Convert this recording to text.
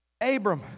Abram